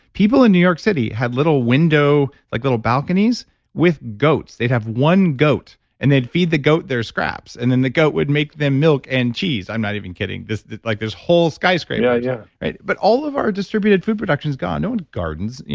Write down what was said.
people in new york city had little window like little balconies with goats. they'd have one goat, and they'd feed the goat their scraps, and then the goat would make them milk and cheese. i'm not even kidding. like there's whole skyscrapers, yeah but all of our distributed food production is gone, not and gardens. yeah